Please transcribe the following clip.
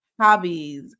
hobbies